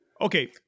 Okay